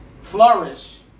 flourish